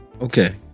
Okay